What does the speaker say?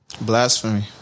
Blasphemy